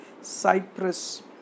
Cyprus